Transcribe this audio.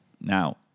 Now